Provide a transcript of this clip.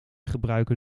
gebruiken